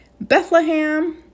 Bethlehem